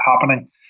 happening